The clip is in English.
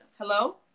Hello